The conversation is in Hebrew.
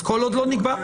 אז כל עוד לא נקבע